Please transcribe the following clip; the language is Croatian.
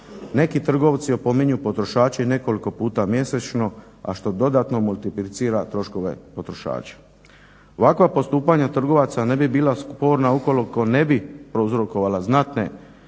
Neki trgovci opominju potrošače i nekoliko puta mjesečno, a što dodatno multiplicira troškove potrošača. Ovakva postupanja trgovaca ne bi bila sporna ukoliko ne bi prouzrokovala znatne